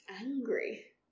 angry